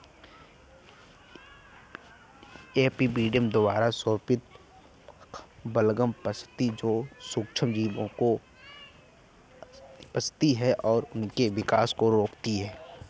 epidermis द्वारा स्रावित बलगम परत जो सूक्ष्मजीवों को फंसाती है और उनके विकास को रोकती है